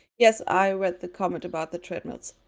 yes, i read the comment about the treadmills.